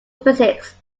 physics